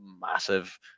massive